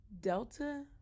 Delta